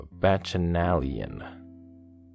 Bacchanalian